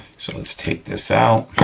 so, let's take this out.